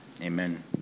amen